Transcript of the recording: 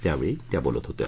त्यावेळी त्या बोलत होत्या